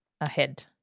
ahead